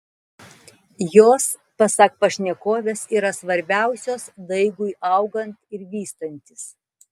jos pasak pašnekovės yra svarbiausios daigui augant ir vystantis